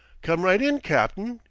come right in, cap'n,